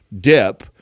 dip